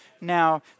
Now